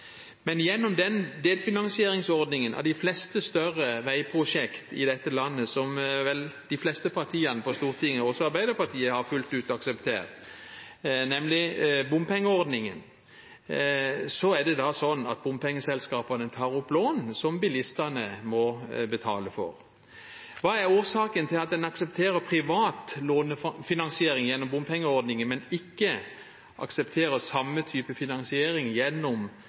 Men gjennom den delfinansieringsordningen av de fleste større veiprosjekter i dette landet som vel de fleste partiene på Stortinget, også Arbeiderpartiet, fullt ut har akseptert, nemlig bompengeordningen, er det sånn at bompengeselskapene tar opp lån som bilistene må betale for. Hva er årsaken til at en aksepterer privat lånefinansiering gjennom bompengeordningen, men ikke aksepterer samme type finansiering gjennom